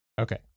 Okay